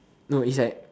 no is like